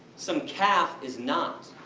some calf is not.